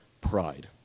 pride